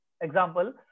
example